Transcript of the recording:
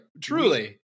Truly